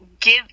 give